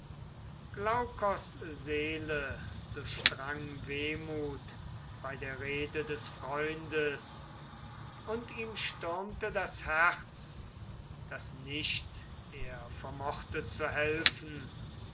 seele durchdrang wehmut bei der rede des freundes und ihm stürmte das herz daß nicht er vermochte zu helfen